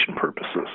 purposes